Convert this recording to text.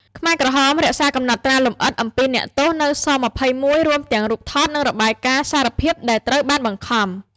ខ្មែរក្រហមរក្សាកំណត់ត្រាលម្អិតអំពីអ្នកទោសនៅ ស-២១ រួមទាំងរូបថត និងរបាយការណ៍សារភាពដែលត្រូវបានបង្ខំ។